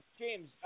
James